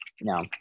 no